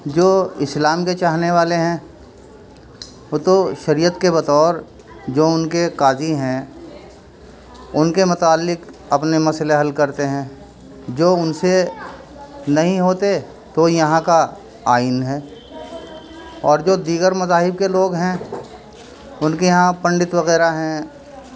جو اسلام کے چاہنے والے ہیں وہ تو شریعت کے بطور جو ان کے قاضی ہیں ان کے متعلق اپنے مسئلے حل کرتے ہیں جو ان سے نہیں ہوتے تو یہاں کا آئین ہے اور جو دیگر مذاہب کے لوگ ہیں ان کے یہاں پنڈت وغیرہ ہیں